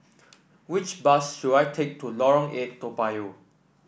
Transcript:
which bus should I take to Lorong Eight Toa Payoh